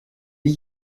nie